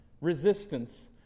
resistance